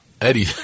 Eddie